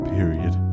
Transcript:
Period